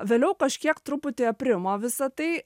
vėliau kažkiek truputį aprimo visa tai